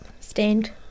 stand